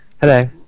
hello